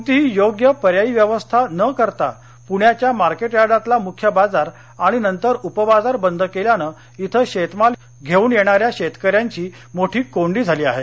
कोणतीही योग्य पर्यायी व्यवस्था न करता पुण्याच्या मार्केट यार्डातला मुख्य बाजार आणि नंतर उपबाजार बंद केल्यानं इथं शेतमाल घेऊन येणाऱ्या शेतकऱ्यांची मोठी कोंडी झाली आहे